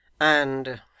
And